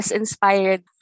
inspired